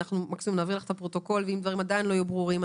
מקסימום נעביר אליך את הפרוטוקול ואם דברים עדיין לא יהיו ברורים,